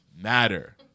Matter